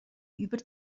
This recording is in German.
über